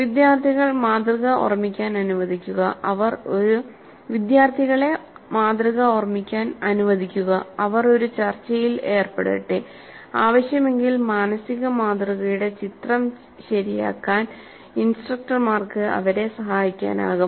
വിദ്യാർത്ഥികളെ മാതൃക ഓർമ്മിക്കാൻ അനുവദിക്കുക അവർ ഒരു ചർച്ചയിൽ ഏർപ്പെടട്ടെ ആവശ്യമെങ്കിൽ മാനസിക മാതൃകയുടെ ചിത്രം ശരിയാക്കാൻ ഇൻസ്ട്രക്ടർമാർക്ക് അവരെ സഹായിക്കാനാകും